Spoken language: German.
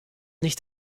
nicht